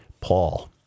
Paul